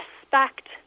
respect